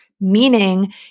meaning